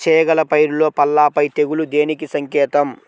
చేగల పైరులో పల్లాపై తెగులు దేనికి సంకేతం?